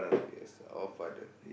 yes our father